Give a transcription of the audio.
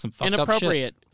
inappropriate